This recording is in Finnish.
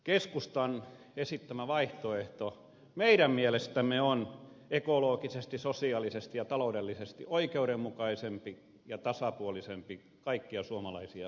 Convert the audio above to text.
keskustan esittämä vaihtoehto meidän mielestämme on ekologisesti sosiaalisesti ja taloudellisesti oikeudenmukaisempi ja tasapuolisempi kaikkia suomalaisia ajatellen